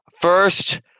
First